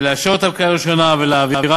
לאשר אותה בקריאה הראשונה ולהעבירה